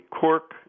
cork